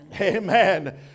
Amen